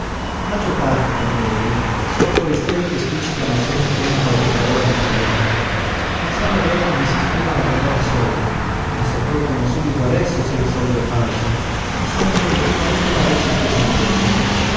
la maggior parte come vede sono forestieri che spiccicano appena appena qualche parola d'italiano non sanno bene come si scriva la parola soldo ma s'accorgono subito adesso se il soldo è falso e sanno meglio di noi che vale cinque centesimi